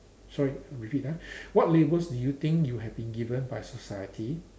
sorry I repeat ah what labels do you think you have been given by society